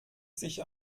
sich